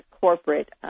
corporate